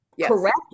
correct